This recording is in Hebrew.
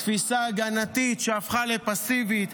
תפיסה הגנתית שהפכה לפסיבית,